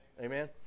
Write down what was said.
Amen